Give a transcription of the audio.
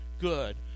good